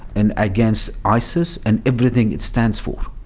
and against isis and everything it stands for.